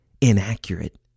inaccurate